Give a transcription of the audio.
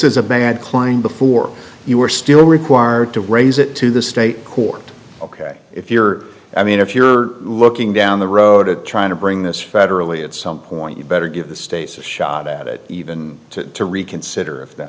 is a bad klein before you are still required to raise it to the state court ok if you're i mean if you're looking down the road trying to bring this federally at some point you'd better give the states a shot at it even to reconsider that